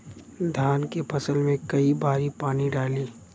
धान के फसल मे कई बारी पानी डाली?